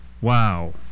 Wow